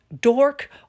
dork